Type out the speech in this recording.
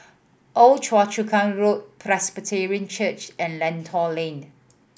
Old Choa Chu Kang Road Presbyterian Church and Lentor Lane